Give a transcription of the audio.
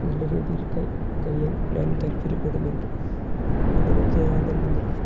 നല്ല രീതിയിൽ കൈ കഴിയാൻ ഞാനും താല്പര്യപ്പെടുന്നുണ്ട് എങ്ങനെയൊക്കെയാണെന്നുണ്ടെങ്കിലും